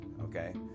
Okay